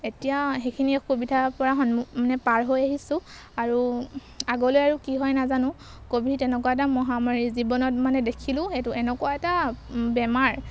এতিয়া সেইখিনি অসুবিধাৰপৰা সন্মুখ মানে পাৰ হৈ আহিছোঁ আৰু আগলৈ আৰু কি হয় নাজানো ক'ভিড এনেকুৱা এটা মহামাৰী জীৱনত মানে দেখিলোঁ এইটো এনেকুৱা এটা বেমাৰ